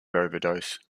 overdose